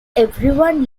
everyone